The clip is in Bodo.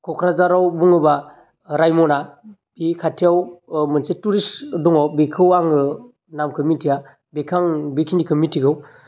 कक्राझाराव बुङोबा रायम'ना बि खाथियाव अह मोनसे टुरिस दङ बेखौ आङो नामखौ मिथिया बेखौ आं बेखिनिखौ मिथिगौ